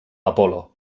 apol·lo